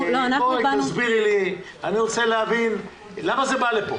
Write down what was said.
אני רוצה להבין למה זה בא לפה?